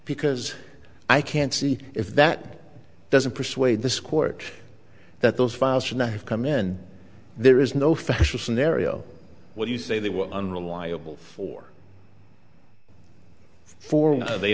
because i can't see if that doesn't persuade this court that those files should not have come in there is no factual scenario what you say they were unreliable for for they on the